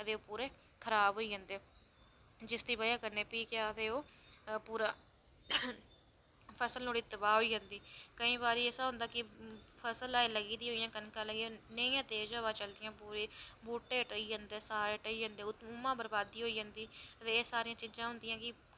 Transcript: ते ओह् पूरे खराब होई जंदे ते जिसदी बजह कन्नै भी केह् आक्खदे पूरा ओह् फसल नुहाड़ी तबाह् होई जंदी ते केईं बारी ऐसा होंदा कि फसल ऐहीं लग्गा दी होंदी कनकां ऐहीं लग्गा दियां होंदियां ते तेज़ हवां चलदियां पूरी रात बूह्टे ढेई जंदे सारे ढेई जंदे उ'आं बरबादी होई जंदी ते एह् सारियां चीज़ां होंदियां कि